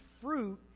fruit